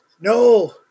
no